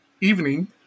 evening